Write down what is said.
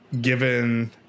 given